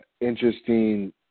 interesting